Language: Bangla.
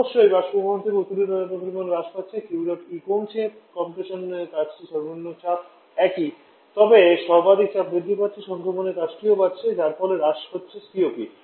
অবশ্যই বাষ্পীভবন থেকে উত্তোলিত তাপের পরিমাণ হ্রাস পাচ্ছে কিউ ডট ই কমছে কমপ্রেশন কাজটি সর্বনিম্ন চাপ একই তবে সর্বাধিক চাপ বৃদ্ধি পাচ্ছে সংক্ষেপণের কাজটিও বাড়ছে যার ফলে হ্রাস হচ্ছে সিওপি